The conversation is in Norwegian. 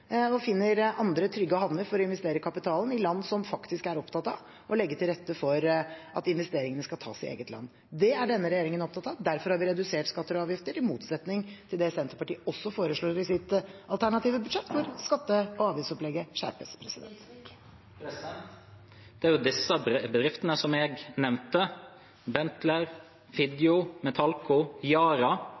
og finner andre, trygge havner for å investere kapitalen – i land som faktisk er opptatt av å legge til rette for at investeringene skal tas i eget land. Det er denne regjeringen opptatt av, og derfor har vi redusert skatter og avgifter, i motsetning til det Senterpartiet også foreslår i sitt alternative budsjett: at skatte- og avgiftsopplegget skjerpes. Det er jo disse bedriftene jeg nevnte – Benteler, Figgjo, Metallco, Yara